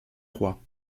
roi